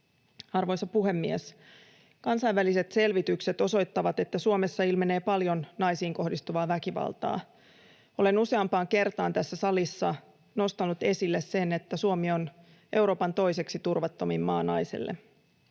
Arvoisa puhemies! Kansainväliset selvitykset osoittavat, että Suomessa ilmenee paljon naisiin kohdistuvaa väkivaltaa. Olen useampaan kertaan tässä salissa nostanut esille sen, että Suomi on Euroopan toiseksi turvattomin maa naiselle.